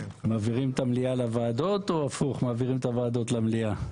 מעבירים את המליאה לוועדות או הפוך מעבירים את הוועדות למליאה?